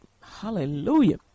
Hallelujah